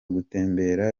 gutembera